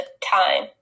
time